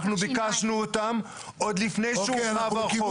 אנחנו ביקשנו אותם עוד לפני שהורחב החוק,